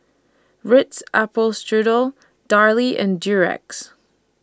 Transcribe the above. Ritz Apple Strudel Darlie and Durex